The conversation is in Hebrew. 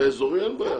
יש בעיה,